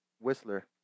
Whistler